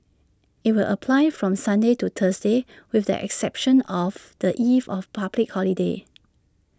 IT will apply from Sunday to Thursday with the exception of the eve of public holidays